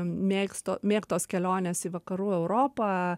mėgsto mėgtos kelionės į vakarų europą